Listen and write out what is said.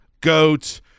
Goat